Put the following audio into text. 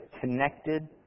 connected